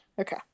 Okay